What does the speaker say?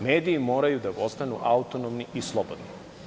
Mediji moraju da ostanu autonomni i slobodni.